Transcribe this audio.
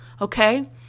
okay